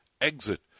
exit